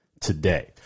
today